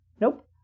Nope